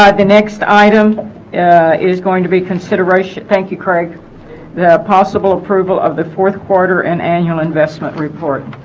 ah the next item is going to be consideration thank you craig the possible approval of the fourth quarter and annual investment report